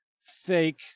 fake